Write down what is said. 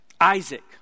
Isaac